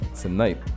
Tonight